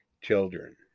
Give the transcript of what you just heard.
children